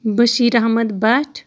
Bashir Ahmad Bhat